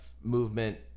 movement